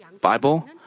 Bible